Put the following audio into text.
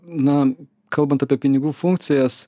na kalbant apie pinigų funkcijas